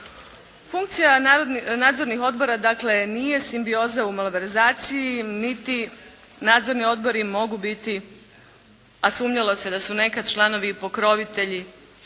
Funkcija nadzornih odbora dakle nije simbioza u malverzaciji niti nadzorni odbori mogu biti, a sumnjalo se da su nekad članovi i pokrovitelji